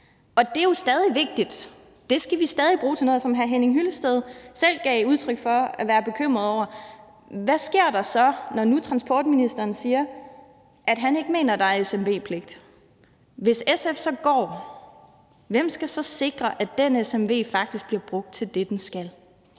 Det er jo stadig vigtigt, det skal vi stadig bruge til noget, og i overensstemmelse med det, hr. Henning Hyllested selv gav udtryk for at være bekymret over, kan man spørge: Hvad sker der, når nu transportministeren siger, at han ikke mener, at der er pligt til at lave en smv? Hvis SF så går, hvem skal så sikre, at den smv faktisk bliver brugt til det, den skal?